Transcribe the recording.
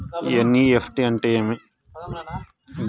NEFT అంటే ఏమి